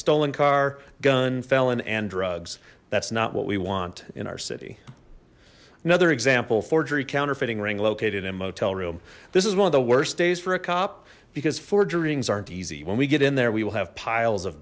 stolen car gun felon and drugs that's not what we want in our city another example forgery counterfeiting ring located in motel room this is one of the worst days for a cop because forgeries aren't easy when we get in there we will have piles of